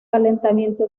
calentamiento